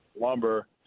lumber